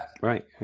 Right